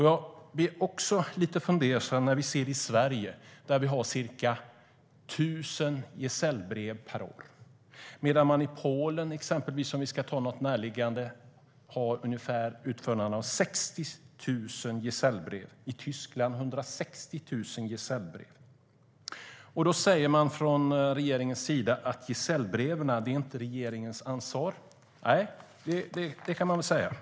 Jag blir också lite fundersam över att det i Sverige utfärdas ca 1 000 gesällbrev per år, medan man i Polen, för att ta ett närliggande land, utfärdar ungefär 60 000 gesällbrev och i Tyskland 160 000. Då säger man från regeringens sida att gesällbreven inte är regeringens ansvar. Nej, det kan man väl säga.